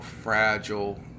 fragile